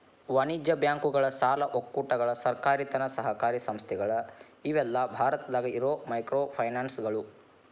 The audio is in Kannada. ವಾಣಿಜ್ಯ ಬ್ಯಾಂಕುಗಳ ಸಾಲ ಒಕ್ಕೂಟಗಳ ಸರ್ಕಾರೇತರ ಸಹಕಾರಿ ಸಂಸ್ಥೆಗಳ ಇವೆಲ್ಲಾ ಭಾರತದಾಗ ಇರೋ ಮೈಕ್ರೋಫೈನಾನ್ಸ್ಗಳು